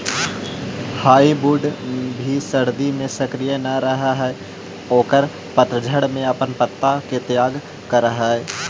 hardwood भी सर्दि में सक्रिय न रहऽ हई औउर पतझड़ में अपन पत्ता के त्याग करऽ हई